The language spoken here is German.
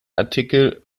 artikel